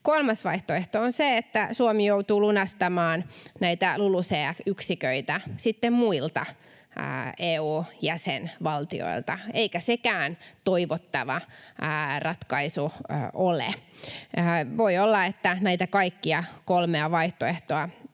Kolmas vaihtoehto on se, että Suomi joutuu lunastamaan näitä LULUCF-yksiköitä sitten muilta EU-jäsenvaltioilta, eikä sekään toivottava ratkaisu ole. Voi olla, että näitä kaikkia kolmea vaihtoehtoa